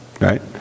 right